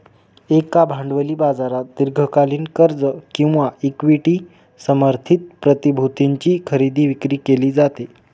एका भांडवली बाजारात दीर्घकालीन कर्ज किंवा इक्विटी समर्थित प्रतिभूतींची खरेदी विक्री केली जाते